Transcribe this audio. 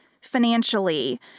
financially